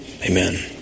amen